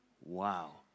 Wow